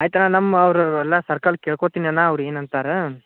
ಆಯ್ತು ಅಣ್ಣ ನಮ್ಮವರು ಎಲ್ಲ ಸರ್ಕಲ್ ಕೇಳ್ಕೋತೀನಿ ಅಣ್ಣ ಅವ್ರು ಏನಂತಾರೆ